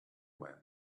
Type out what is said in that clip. when